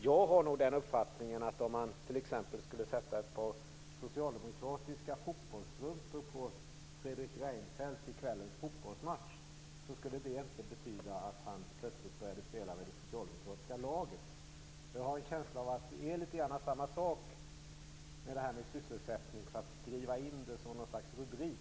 Jag har uppfattningen att om man t.ex. skulle sätta ett par socialdemokratiska fotbollsstrumpor på Fredrik Reinfeldt i kvällens fotbollsmatch, så skulle det inte betyda att han plötsligt började spela med det socialdemokratiska laget. Jag har en känsla av att det litet grand är samma sak när det gäller det här med att skriva in sysselsättningen som ett slags rubrik.